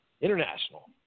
international